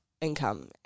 income